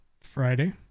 Friday